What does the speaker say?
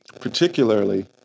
particularly